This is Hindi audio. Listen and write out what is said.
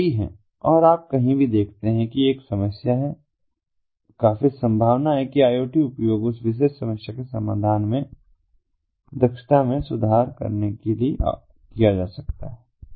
संख्या कई है और आप कहीं भी देखते हैं कि एक समस्या है काफी संभावना है कि IoT उपयोग उस विशेष समस्या के समाधान की दक्षता में सुधार करने के लिए किया जा सकता है